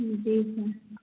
जी sir